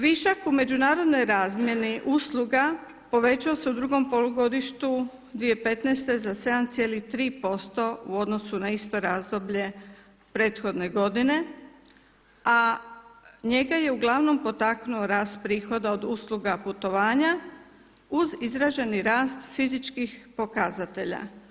Višak u međunarodnoj razmjeni usluga povećao se u drugom polugodištu 2015. za 7,3% u odnosu na isto razdoblje prethodne godine, a njega je uglavnom potaknuo rast prihoda od usluga putovanja uz izraženi rast fizičkih pokazatelja.